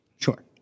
Sure